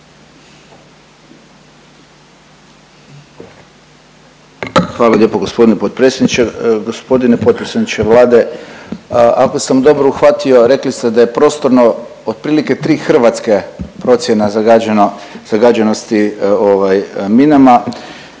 Hvala lijepo g. potpredsjedniče. Gospodine potpredsjedniče Vlade, ako sam dobro uhvatio rekli ste da je prostorno otprilike tri Hrvatske procjena zagađenosti minama,